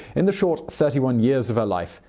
in the short thirty one years of her life,